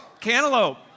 Cantaloupe